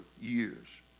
years